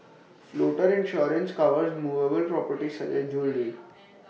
floater insurance covers movable properties such as jewellery